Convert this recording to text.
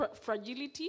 fragility